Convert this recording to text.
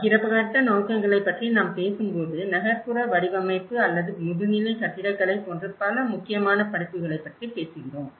பகிரப்பட்ட நோக்கங்களைப் பற்றி நாம் பேசும்போது நகர்ப்புற வடிவமைப்பு அல்லது முதுநிலை கட்டிடக்கலை போன்ற பல முக்கியமான படிப்புகளைப் பற்றி பேசுகிறோம்